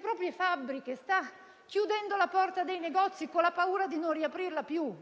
proprie fabbriche? Un Paese che sta chiudendo la porta dei negozi con la paura di non riaprirla più?